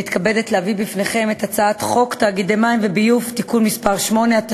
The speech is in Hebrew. אני מתכבדת להביא בפניכם את הצעת חוק תאגידי מים וביוב (תיקון מס' 8),